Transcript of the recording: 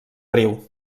riu